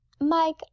Mike